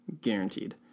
guaranteed